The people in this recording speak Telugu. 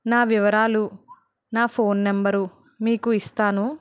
నా వివరాలు నా ఫోన్ నెంబర్ మీకు ఇస్తాను